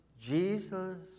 Jesus